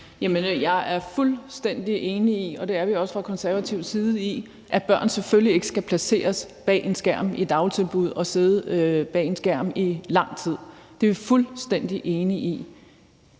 jeg er fuldstændig enig i – og det er vi også fra Konservatives side – at børn selvfølgelig ikke skal placeres foran en skærm i dagtilbud og sidde der i lang tid. Det er vi fuldstændig enige i.